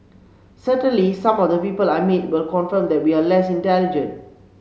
certainly some of the people I meet will confirm that we are less intelligent